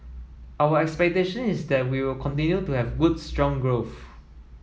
our expectation is that we will continue to have good strong growth